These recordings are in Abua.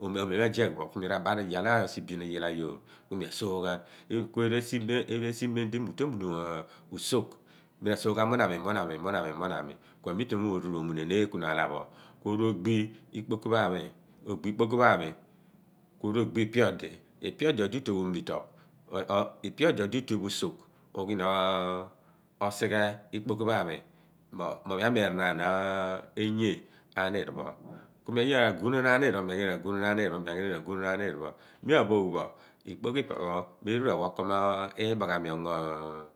Mi a bar iyaal pho a sibin pho a yoor kumi a soogh ghan, ku e ru esi, di mi a sooghan muenami bin. Ku okpomoghan pho aru amuneen ekuna a lah phọ kuokpomoghan phọ, oru ogbiighi ikpoki pho i pe aniir phọ utuebo u sogh, ku o ru ogbi pa ikpoki pho a mi osighe, loor esi di mo mi u ghi ghan a guun ghan a niir pho ikpoki phọ a mi ku a niir pho omeera ungo inmi ikpoki pho a mi. Ku a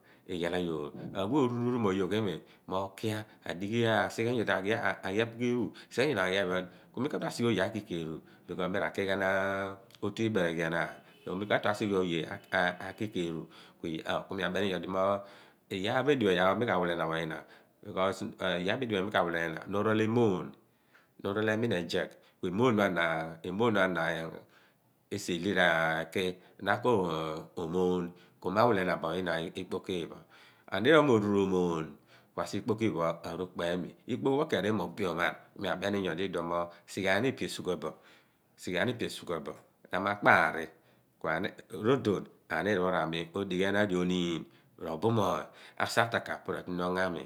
we oru uromayoogh ghan limi omo mi usighi u ki ke eru. Kuni ka tue a sighe aki keru phọ loọr esi di mi ra kighaan siosi. Koobereghi enaam. Ku loor esi di a niir pho a rool emoọn, ku mi a ghun ghaabo ikpoki pho ami ku a niir pho roomoon kuaru ukpe i mi opol ikpoki, ku mi a wileenaan i pho ri pho. Nyiidipho, a niir pho ra mi mo dighi oniin roony a'sa ataka po ratuni ongo ami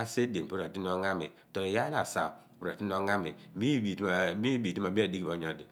a'sa edien po ratuni ongo ami, torobo iyaar lo a'sa po ratuni ongoami loor esi di mo libi di mi a dighi bo nyodi me pu ghan